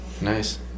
Nice